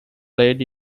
played